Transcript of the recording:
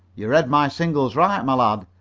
you read my signals right, my lad,